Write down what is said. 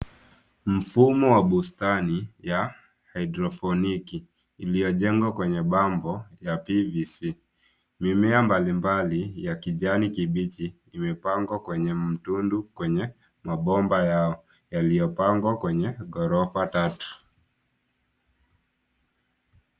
Mfumo wa bustani, ya hydrophonic , iliyojengwa kwenye bambo ya PBC . Mimea mbalimbali, ya kijani kibichi imepangwa kwenye mtundu kwenye mabomba yao, yaliyopangwa kwenye ghorofa tatu.